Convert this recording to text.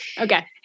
Okay